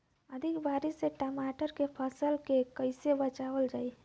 अधिक बारिश से टमाटर के फसल के कइसे बचावल जाई?